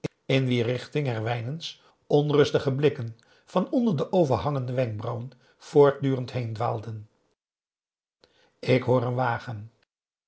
in wier richting herwijnen's onrustige blikken van onder de overhangende wenkbrauwen voortdurend heendwaalden ik hoor een wagen